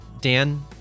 Dan